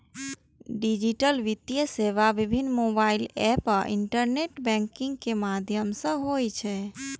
digital वित्तीय सेवा विभिन्न मोबाइल एप आ इंटरनेट बैंकिंग के माध्यम सं होइ छै